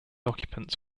occupants